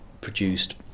produced